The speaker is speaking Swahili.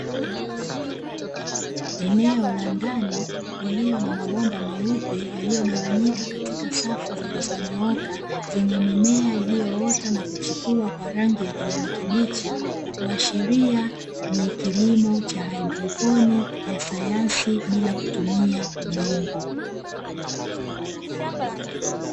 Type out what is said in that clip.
Eneo la ndani lililo na mabomba meupe yaliyogawanyika katika safu zilizonyooka zenye mimea iliyoota na kuchipua kwa rangi ya kijani kibichi, kuashiria ni kilimo cha haidroponi ya sayansi bila kutumia udongo.